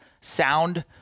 sound